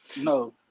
No